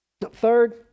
Third